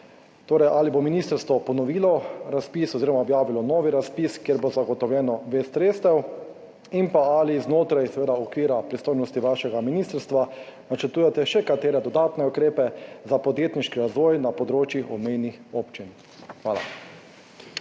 Ali bo ministrstvo ponovilo razpis oziroma objavilo nov razpis, kjer bo zagotovljenih več sredstev? Ali znotraj okvira pristojnosti svojega ministrstva načrtujete še kakšne dodatne ukrepe za podjetniški razvoj na področjih obmejnih občin? Hvala.